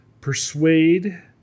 persuade